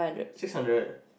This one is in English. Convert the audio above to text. six hundred